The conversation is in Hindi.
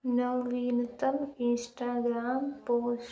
नवीनतम इंश्टाग्राम पोस्ट